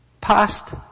past